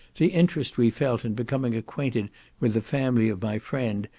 the interest we felt in becoming acquainted with the family of my friend,